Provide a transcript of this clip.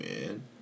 man